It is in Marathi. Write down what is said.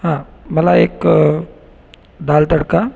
हा मला एक दाल तडका